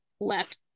left